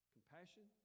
Compassion